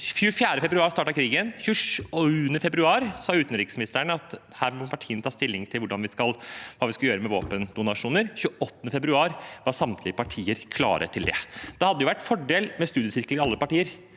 24. februar startet krigen, og 27. februar sa utenriksministeren at her må partiene ta stilling til hva vi skal gjøre med våpendonasjoner. 28. februar var samtlige partier klare til det. Det hadde jo vært en fordel med studiesirkel i alle partier,